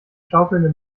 schaukelnde